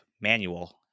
manual